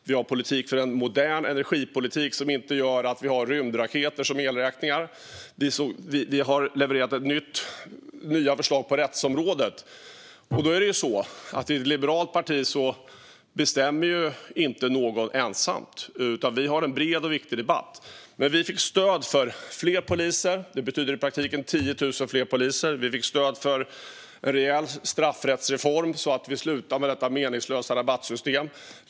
Vi har en modern energipolitik, som inte gör att vi får elräkningar som är som rymdraketer. Och vi har levererat nya förslag på rättsområdet. I ett liberalt parti är det på det sättet att det inte är någon ensam som bestämmer, utan vi har en bred och viktig debatt. Vi fick stöd för fler poliser. Det betyder i praktiken 10 000 fler poliser. Vi fick stöd för en rejäl straffrättsreform, så att vi slutar med detta meningslösa rabattsystem.